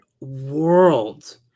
world